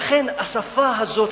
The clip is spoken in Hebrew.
לכן השפה הזאת,